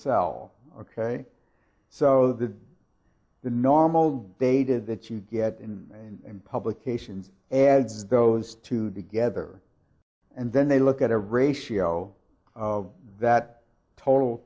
sell ok so that the normal data that you get in and publication adds those two together and then they look at a ratio of that total